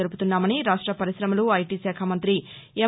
జరుపుతున్నామని రాష్ట పరిశ్రమలు ఐటీ శాఖ మంతి ఎం